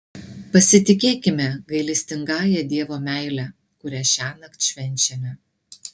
pasitikėkime gailestingąja dievo meile kurią šiąnakt švenčiame